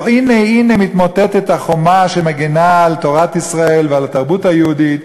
והנה-הנה מתמוטטת החומה שמגִנה על תורת ישראל ועל התרבות היהודית,